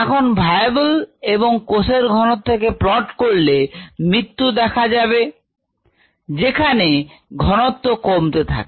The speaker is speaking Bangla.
এখন ভায়াবল কোষের ঘনত্বকে প্লট করলে মৃত্যু দসা দেখা যাবে যেখানে ঘনত্ব কমতে থাকে